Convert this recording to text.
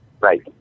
Right